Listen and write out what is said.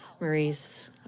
Maurice